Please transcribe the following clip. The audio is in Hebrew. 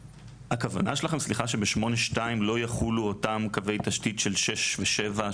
הכוונה שלכם היא שב-(8) (2) לא יחולו אותם קווי תשתית של (6) ו-(7)?